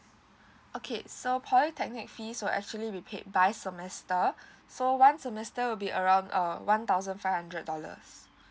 okay so polytechnic fees will actually be paid by semester so one semester will be around uh one thousand five hundred dollars